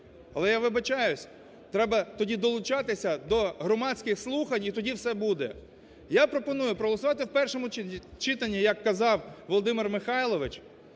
але я вибачаюсь, треба тоді долучатися до громадських слухань, і тоді все буде. Я пропоную проголосувати у першому читанні, як казав Володимир Михайлович,